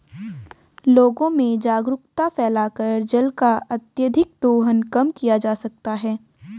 लोगों में जागरूकता फैलाकर जल का अत्यधिक दोहन कम किया जा सकता है